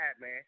man